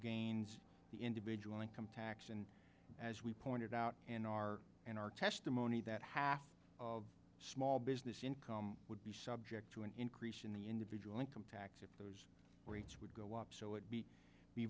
gains the individual income tax and as we pointed out in our in our testimony that half of small business income would be subject to an increase in the individual income tax rates would go up so it be